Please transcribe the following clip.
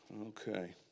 Okay